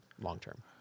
long-term